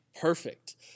perfect